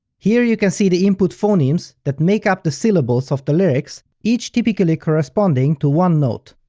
here, you can see the input phonemes that make up the syllables of the lyrics, each typically corresponding to one note.